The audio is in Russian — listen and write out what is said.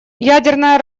ядерное